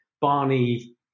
Barney